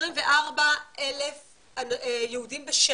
24,000 יהודים בשנה,